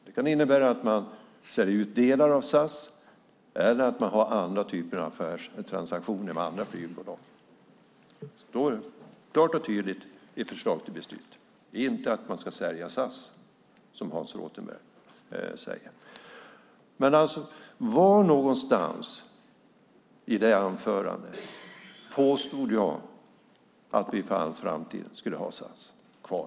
Det kan innebära att man säljer ut delar av SAS eller att man har andra typer av affärstransaktioner med andra flygbolag. Det står klart och tydligt i förslaget till beslut. Det handlar inte om att man ska sälja SAS, som Hans Rothenberg säger. Var någonstans i mitt anförande påstod jag att vi för all framtid skulle ha SAS kvar?